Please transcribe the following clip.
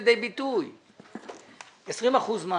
אחוזים מס